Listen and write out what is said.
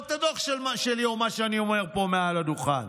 לא את הדוח של מה שאני אומר פה מעל הדוכן.